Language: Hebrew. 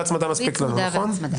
מספיק לנו, נכון?